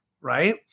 right